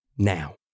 Now